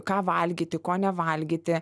ką valgyti ko nevalgyti